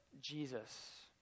Jesus